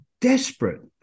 desperate